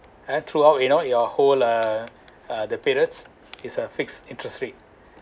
then throughout you know your whole uh uh the periods is a fixed interest rate